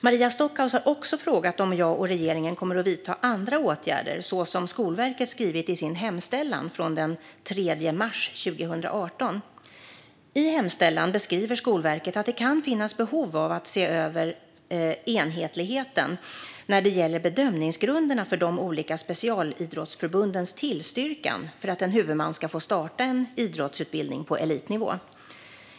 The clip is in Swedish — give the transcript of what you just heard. Maria Stockhaus har också frågat om jag och regeringen kommer att vidta andra åtgärder så som Skolverket skrivit i sin hemställan från den 3 mars 2018. I hemställan beskriver Skolverket att det kan finnas behov av att se över enhetligheten när det gäller bedömningsgrunderna för de olika specialidrottsförbundens tillstyrkan för att en huvudman ska få starta en idrottsutbildning på elitnivå.